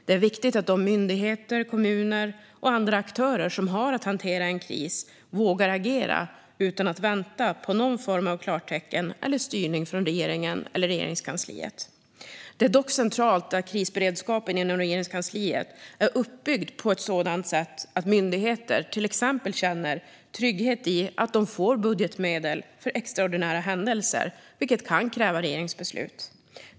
Det är viktigt att de myndigheter, kommuner och andra aktörer som har att hantera en kris vågar agera utan att vänta på någon form av klartecken eller styrning från regeringen eller Regeringskansliet. Det är dock centralt att krisberedskapen inom Regeringskansliet är uppbyggd på ett sådant sätt att myndigheter till exempel känner trygghet i att de får budgetmedel för extraordinära händelser, vilket kan kräva regeringsbeslut.